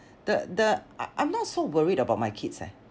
the the I I'm not so worried about my kids eh